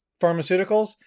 pharmaceuticals